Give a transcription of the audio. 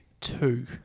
two